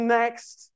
next